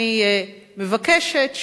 אני מבקשת,